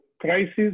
crisis